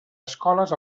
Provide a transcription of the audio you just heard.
escoles